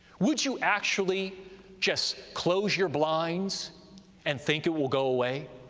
would you actually just close your blinds and think it will go away?